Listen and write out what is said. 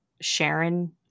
Sharon